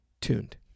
tuned